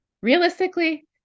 realistically